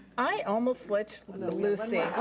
i almost let lucy.